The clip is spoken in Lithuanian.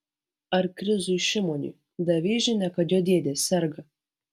ar krizui šimoniui davei žinią kad jo dėdė serga